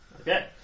Okay